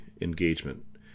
engagement